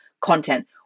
content